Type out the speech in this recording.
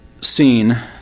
seen